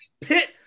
pit